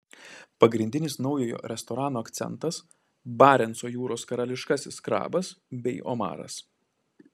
pagrindinis naujojo restorano akcentas barenco jūros karališkasis krabas bei omaras